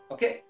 Okay